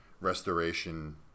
restoration